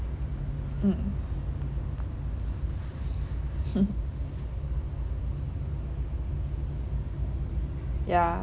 mm ya